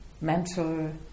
mental